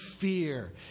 fear